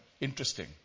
Interesting